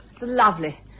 lovely